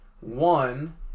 One